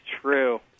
true